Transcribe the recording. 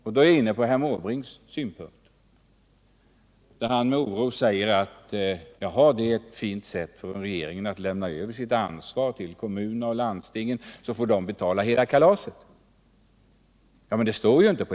Därmed är jag inne på herr Måbrinks synpunkter. Han säger med oro att detta är ett fint sätt för regeringen att lämna över sitt ansvar till kommuner och landsting, så att de får betala hela kalaset. Men det står ju inte så.